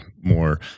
more